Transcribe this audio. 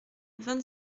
vingt